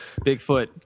Bigfoot